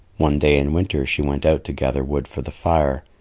one day in winter she went out to gather wood for the fire.